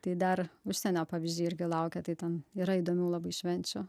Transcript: tai dar užsienio pavyzdžiai irgi laukia tai ten yra įdomių labai švenčių